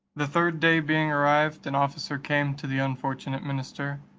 the third day being arrived, an officer came to the unfortunate minister,